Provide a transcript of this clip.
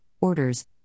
orders